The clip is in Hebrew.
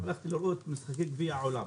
הלכתי לראות את משחקי גביע העולם,